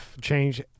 change